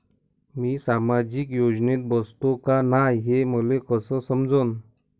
मी सामाजिक योजनेत बसतो का नाय, हे मले कस समजन?